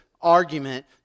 argument